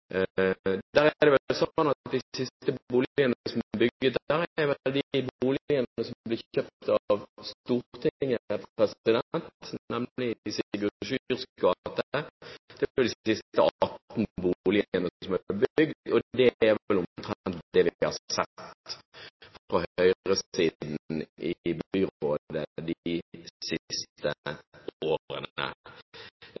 Der er det vel slik at de siste boligene som ble bygget, er de boligene som ble kjøpt av Stortinget, nemlig i Sigurd Syrs gate. Det var de siste 18 boligene som ble bygget, og det er vel omtrent det vi har sett fra høyresiden i byrådet de siste